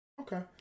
okay